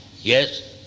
Yes